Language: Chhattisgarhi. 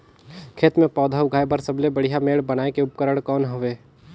खेत मे पौधा उगाया बर सबले बढ़िया मेड़ बनाय के उपकरण कौन हवे?